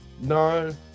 No